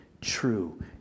true